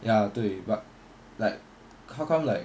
ya 对 but like how come like